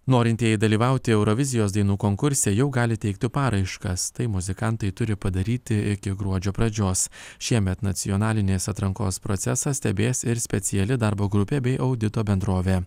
norintieji dalyvauti eurovizijos dainų konkurse jau gali teikti paraiškas tai muzikantai turi padaryti iki gruodžio pradžios šiemet nacionalinės atrankos procesą stebės ir speciali darbo grupė bei audito bendrovė